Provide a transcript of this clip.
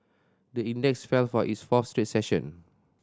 the index fell for its fourth straight session